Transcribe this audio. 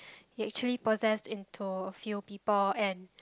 he actually possessed into a few people and